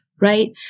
right